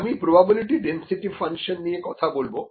আমি probability density function নিয়ে কথা বলবো